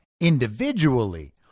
individually